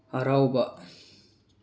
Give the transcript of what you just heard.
ꯍꯔꯥꯎꯕ